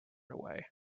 away